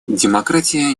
демократия